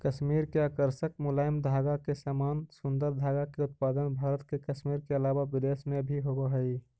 कश्मीर के आकर्षक मुलायम धागा के समान सुन्दर धागा के उत्पादन भारत के कश्मीर के अलावा विदेश में भी होवऽ हई